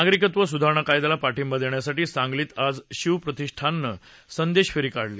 नागरिकत्व सुधारणा कायद्याला पाठिंबा देण्यासाठी सांगलीत आज शिवप्रतिष्ठाननं संदेश फेरी काढली